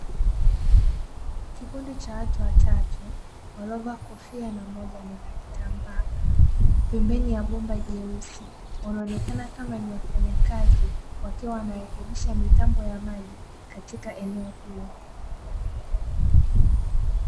Kikundi cha watu watatu, waliovaa kofia na mmoja amevaa kitambaa, pembeni ya bomba jeusi ; wanaonekana kama ni wafanyakazi, wakiwa wanarekebisha mitambo ya maji, katika eneo hilo.